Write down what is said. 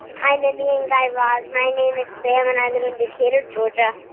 hi, mindy and guy raz. my name is sam, and i live in decatur, ga.